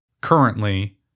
currently